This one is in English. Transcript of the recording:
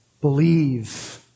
Believe